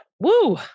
Woo